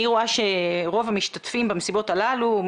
אני רואה שרוב המשתתפים במסיבות הללו,